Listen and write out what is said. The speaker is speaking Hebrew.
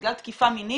בגלל תקיפה מינית